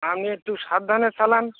আপনি একটু সাবধানে চালান